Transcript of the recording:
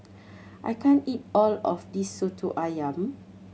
I can't eat all of this Soto Ayam